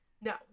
no